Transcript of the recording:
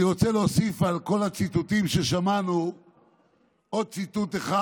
אני רוצה להוסיף על כל הציטוטים ששמענו עוד ציטוט אחד,